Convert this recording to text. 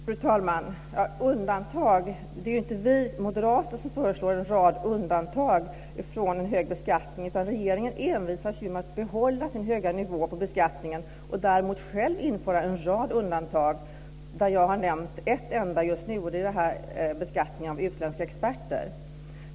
Fru talman! Det är ju inte vi moderater som föreslår en rad undantag från en hög beskattning. Regeringen envisas med att behålla den höga nivån på beskattningen och själv införa en rad undantag, varav jag har nämnt ett enda, nämligen beskattningen av utländska experter.